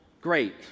great